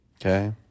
Okay